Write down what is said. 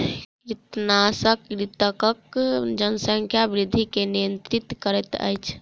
कृंतकनाशक कृंतकक जनसंख्या वृद्धि के नियंत्रित करैत अछि